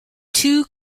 two